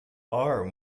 are